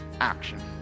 action